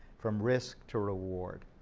from risk to reward,